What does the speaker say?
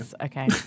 okay